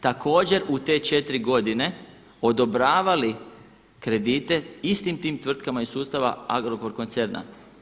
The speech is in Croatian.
Također u te četiri godine odobravali kredite istim tim tvrtkama iz sustava Agrokor koncerna.